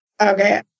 Okay